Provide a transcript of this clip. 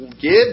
give